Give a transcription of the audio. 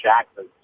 Jackson